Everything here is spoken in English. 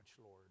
Lord